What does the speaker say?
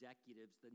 executives